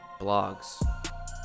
blogs